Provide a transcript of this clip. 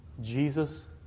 Jesus